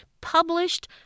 published